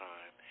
Time